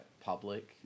public